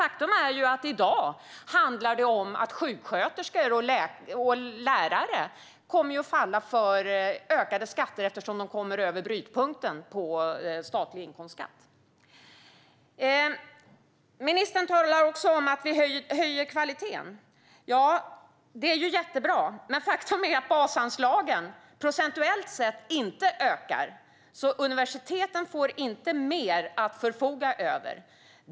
Faktum är att sjuksköterskor och lärare i dag kommer att drabbas av ökade skatter eftersom de kommer över brytpunkten för statlig inkomstskatt. Ministern talade också om att vi höjer kvaliteten. Det är jättebra. Men faktum är att basanslagen inte ökar procentuellt sett. Universiteten får alltså inte mer att förfoga över.